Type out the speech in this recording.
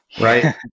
right